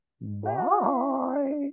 Bye